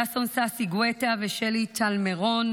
ששון ששי גואטה ושלי טל מירון.